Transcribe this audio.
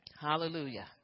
Hallelujah